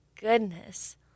goodness